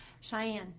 Cheyenne